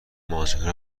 ماجرا